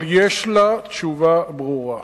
אבל יש לה תשובה ברורה,